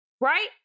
right